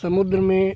समुद्र में